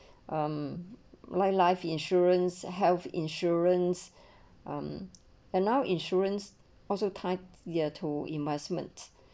um like life insurance health insurance um and now insurance also title ya two investments